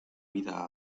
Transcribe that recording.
vida